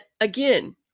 again